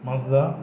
Mazda